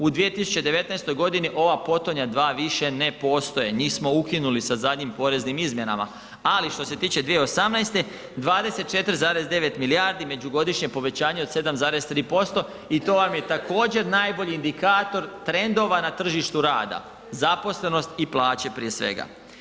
U 2019.g. ova potonja dva više ne postoje, njih smo ukinuli sa zadnjim poreznim izmjenama, ali što se tiče 2018. 24,9 milijardi međugodišnje povećanje od 7,3% i to vam je također najbolji indikator trendova na tržištu rada, zaposlenost i plaće prije svega.